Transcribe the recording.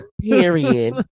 Period